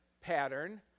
pattern